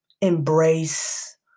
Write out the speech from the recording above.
embrace